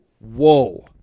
whoa